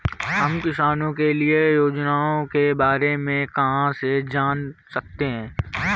हम किसानों के लिए योजनाओं के बारे में कहाँ से जान सकते हैं?